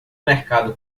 mercado